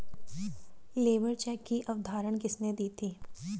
Labour check की अवधारणा किसने दी थी?